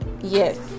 Yes